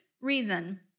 reason